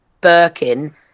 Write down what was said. Birkin